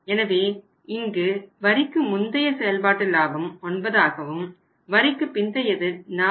எனவே இங்கு வரிக்கு முந்தைய செயல்பாட்டு லாபம் 9 ஆகவும் வரிக்குப் பிந்தையது 4